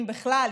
אם בכלל,